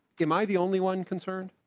kim i the only one concerned.